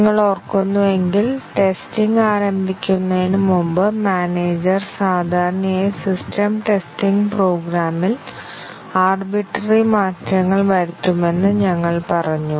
നിങ്ങൾ ഓർക്കുന്നുവെങ്കിൽ ടെസ്റ്റിംഗ് ആരംഭിക്കുന്നതിന് മുമ്പ് മാനേജർ സാധാരണയായി സിസ്റ്റം ടെസ്റ്റിംഗ് പ്രോഗ്രാമിൽ ആർബിറ്റററി മാറ്റങ്ങൾ വരുത്തുമെന്ന് ഞങ്ങൾ പറഞ്ഞു